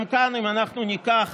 גם כאן, אם אנחנו ניקח